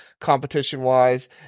competition-wise